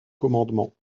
commandements